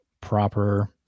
proper